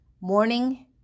Morning